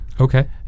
Okay